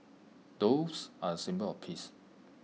doves are A symbol of peace